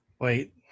Wait